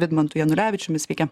vidmantu janulevičiumi sveiki